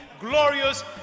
glorious